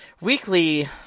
weekly